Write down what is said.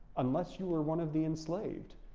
unless you are one of the enslaved.